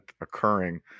occurring